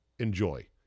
enjoy